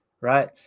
right